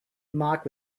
marked